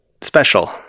special